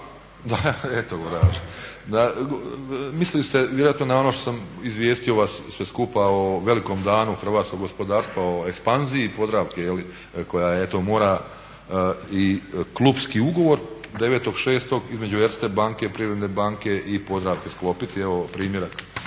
razumije./ … Mislili ste vjerojatno na ono što sam izvijestio vas sve skupa o velikom danu hrvatskog gospodarstva o ekspanziji Podravke koja eto mora i klupski ugovor između Erste banke, Privredne banke i Podravke sklopiti. Evo primjerak